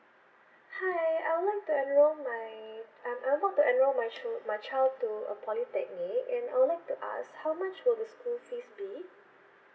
hi I would like to enrol my um I would like to enrol my chi~ my child to a polytechnic and I would like to ask how much will the school fees be